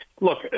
Look